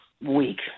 week